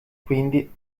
quindi